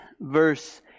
verse